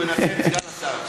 הוא מנסה את סגן השר עכשיו,